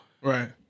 Right